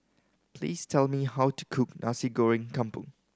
please tell me how to cook Nasi Goreng Kampung